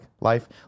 life